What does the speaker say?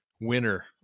winner